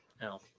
No